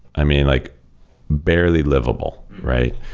i mean, like barely livable, right?